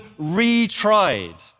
retried